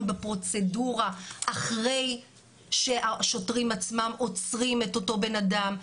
בפרוצדורה אחרי שהשוטרים עצמם עוצרים את אותו בן אדם.